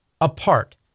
apart